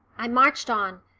i marched on,